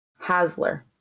Hasler